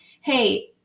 hey